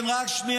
כן, רק שנייה.